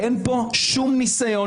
אין כאן שום ניסיון